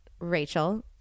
rachel